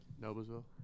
Noblesville